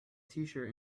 tshirt